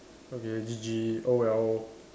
okay G G oh well